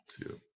two